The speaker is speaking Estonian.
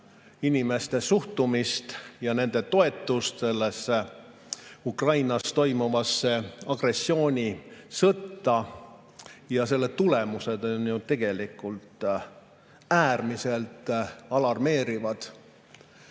inimeste suhtumist ja nende toetust Ukrainas toimuvale agressioonisõjale. Ja selle tulemused on tegelikult äärmiselt alarmeerivad.